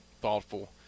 thoughtful